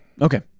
Okay